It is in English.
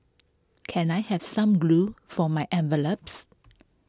can I have some glue for my envelopes